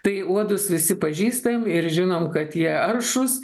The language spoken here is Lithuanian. tai uodus visi pažįstam ir žinom kad jie aršūs